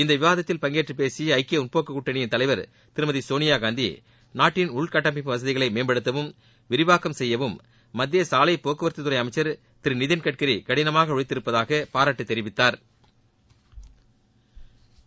இந்த விவாதத்தில் பங்கேற்று பேசிய ஐக்கிய முற்போக்குக் கூட்டணியின் தலைவர் திருமதி சோளியாகாந்தி நாட்டின் உள்கட்டமைப்பு வசதிகளை மேம்படுத்தவும் விரிவாக்கம் செய்யவும் மத்திய சாலை போக்குவரத்துத் துறை அமைச்சர் திரு நிதின் கட்கி கடினமாக உழைத்திருப்பதாக பாராட்டு தெரிவித்தாா்